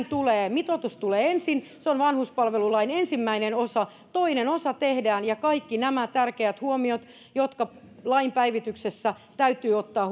tulee mitoitus tulee ensin se on vanhuspalvelulain ensimmäinen osa toinen osa tehdään ja kaikki nämä tärkeät huomiot jotka lain päivityksessä täytyy ottaa